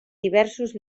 diversos